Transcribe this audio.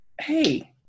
hey